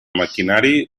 maquinari